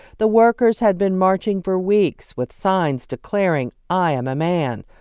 the workers had been marching for weeks with signs declaring i am a man.